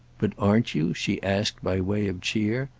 but aren't you, she asked by way of cheer,